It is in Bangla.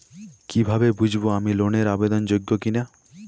কীভাবে বুঝব আমি লোন এর আবেদন যোগ্য কিনা?